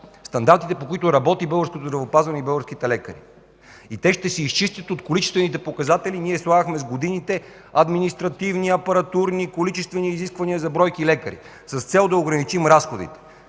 стандартите, по които работи българското здравеопазване, българските лекари. Те ще се изчистят от количествените показатели. В годините ние слагахме административни, апаратурни, количествени изисквания за бройки лекари с цел да ограничим разходите.